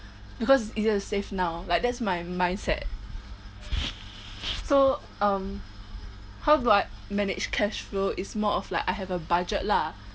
because easier to save now like that's my mindset so um how do I manage cash flow is more of like I have a budget lah